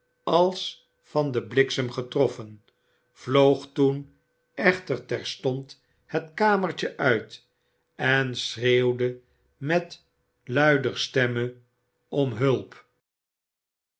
als van den bliksem getroffen vloog toen echter terstond het kamertje uit en schreeuwde met luider stemme om hulp